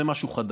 זה משהו חדש,